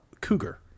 cougar